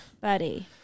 Buddy